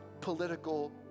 political